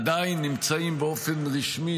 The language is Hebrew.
עדיין נמצאים באופן רשמי